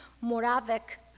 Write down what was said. Moravec